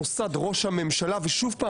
מוסד ראש הממשלה ושוב,